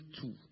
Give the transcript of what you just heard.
two